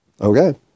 Okay